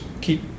keep